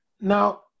Now